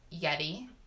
yeti